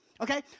Okay